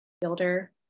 builder